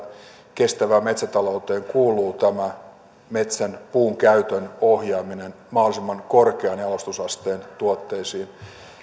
kestävään metsätalouteen kuuluu metsän puun käytön ohjaaminen mahdollisimman korkean jalostusasteen tuotteisiin